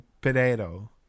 potato